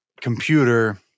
computer –